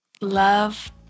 love